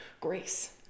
grace